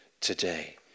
today